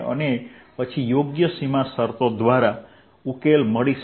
અને પછી યોગ્ય સીમા શરતો દ્વારા ઉકેલ મળી શકે